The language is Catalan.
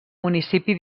municipi